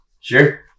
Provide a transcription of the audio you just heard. sure